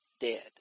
dead